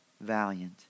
valiant